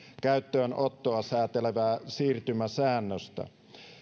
käyttöönottoa säätelevää siirtymäsäännöstä